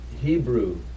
hebrew